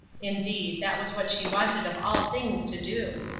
indeed, that was what she wanted of all things to do.